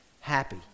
happy